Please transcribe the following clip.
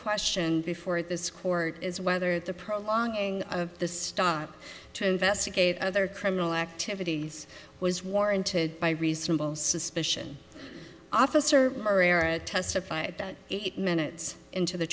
question before this court is whether the prolonging of the stop to investigate other criminal activities was warranted by reasonable suspicion officer testified that eight minutes into the